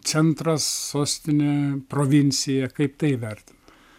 centras sostinė provincija kaip tai vertint